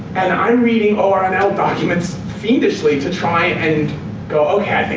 and i'm reading ornl documents fiendishly to try and go okay